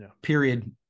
period